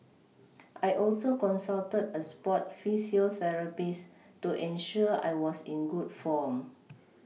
I also consulted a sport physiotherapist to ensure I was in good form